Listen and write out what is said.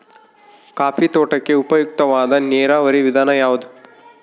Coffee ತೋಟಕ್ಕೆ ಉಪಯುಕ್ತವಾದ ನೇರಾವರಿ ವಿಧಾನ ಯಾವುದು?